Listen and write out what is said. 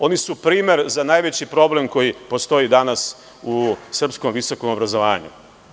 Oni su primer za najveći problem koji postoji danas u srpskom visokom obrazovanju.